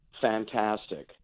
fantastic